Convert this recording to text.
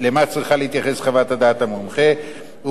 מחייבת פנייה לבית-המשפט ויוצרת פיקוח